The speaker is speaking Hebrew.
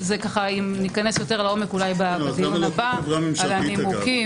אם ניכנס יותר לעומק אולי בדיון הבא על הנימוקים,